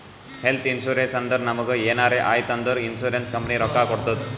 health insurance ಅಂದುರ್ ನಮುಗ್ ಎನಾರೇ ಆಯ್ತ್ ಅಂದುರ್ ಇನ್ಸೂರೆನ್ಸ್ ಕಂಪನಿ ರೊಕ್ಕಾ ಕೊಡ್ತುದ್